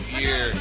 year